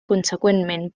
conseqüentment